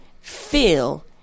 feel